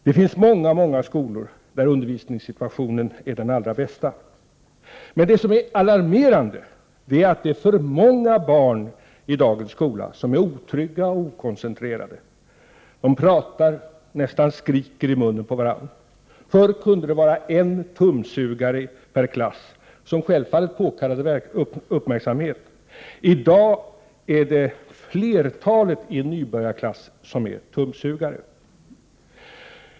Det finns många, många skolor där undervisningssituationen är den allra bästa. Men det som är alarmerande är att det är för många barn i dagens skola som är otrygga och okoncentrerade. De pratar, nästan skriker i munnen på varandra. Förr kunde det vara en ”tumsugare” per klass, som självfallet påkallade uppmärksamhet. I dag är flertalet i en nybörjarklass ”tumsugare”.